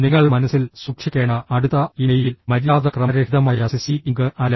നിങ്ങൾ മനസ്സിൽ സൂക്ഷിക്കേണ്ട അടുത്ത ഇമെയിൽ മര്യാദ ക്രമരഹിതമായ സിസി ഇംഗ് അല്ല